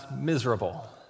miserable